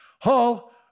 Hall